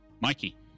Mikey